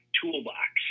toolbox